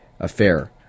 Affair